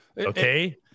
Okay